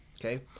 Okay